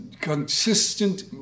consistent